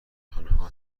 آنها